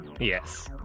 Yes